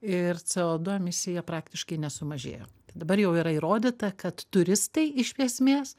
ir co du emisija praktiškai nesumažėjo dabar jau yra įrodyta kad turistai iš esmės